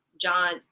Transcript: john